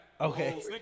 Okay